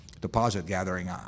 deposit-gathering